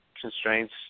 constraints